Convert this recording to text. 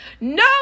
no